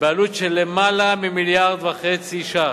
בעלות של למעלה ממיליארד וחצי ש"ח.